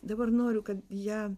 dabar noriu kad ją